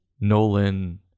Nolan